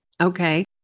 Okay